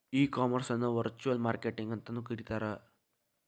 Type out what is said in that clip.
ಈ ಕಾಮರ್ಸ್ ಅನ್ನ virtual marketing ಅಂತನು ಕರೇತಾರ